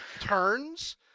turns